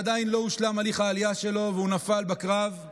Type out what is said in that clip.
ב-7 באוקטובר הוא נפל בגיל